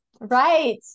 right